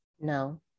No